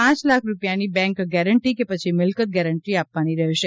પાંચ લાખની bank guarantee કે પછી મિલ્કત ગેરંટી આપવાની રહેશે